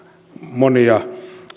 monia